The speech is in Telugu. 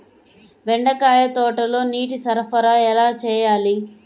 బెండకాయ తోటలో నీటి సరఫరా ఎలా చేయాలి?